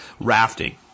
Rafting